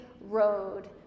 road